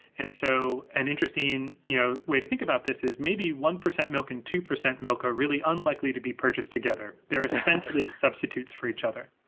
and so an interest you know way to think about this is maybe one percent milk and two percent milk are really unlikely to be purchased together. they're essentially substitutes for each other.